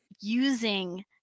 using